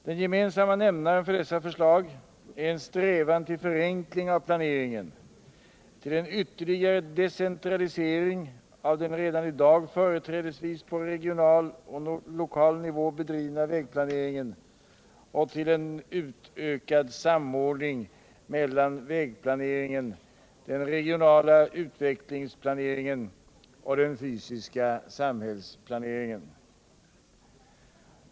Den gemensamma nämnaren för alla dessa förslag är en strävan till en förenkling av planeringen, till en ytterligare decentralisering av den redan i dag företrädesvis på regional och lokal nivå bedrivna vägplaneringen samt till en utökad samordning mellan vägplaneringen, den regionala utvecklingsplaneringen och den fysiska samhällsplaneringen.